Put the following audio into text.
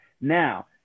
Now –